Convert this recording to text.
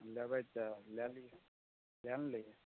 लेबै तऽ लै लिऔ किआ नहि लेबै